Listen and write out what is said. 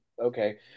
Okay